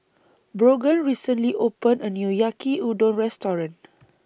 Brogan recently opened A New Yaki Udon Restaurant